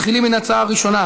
מתחילים בהצעה הראשונה,